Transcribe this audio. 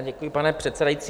Děkuji, pane předsedající.